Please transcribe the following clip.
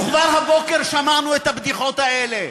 וכבר הבוקר שמענו את הבדיחות האלה: